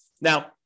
Now